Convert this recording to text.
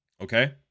Okay